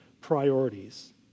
priorities